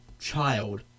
child